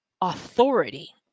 authority